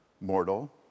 mortal